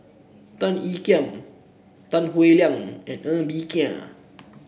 Tan Ean Kiam Tan Howe Liang and Ng Bee Kia